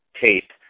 tape